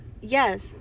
Yes